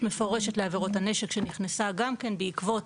מפורשת לעבירות הנשק שנכנסה גם כן בעקבות